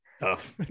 Tough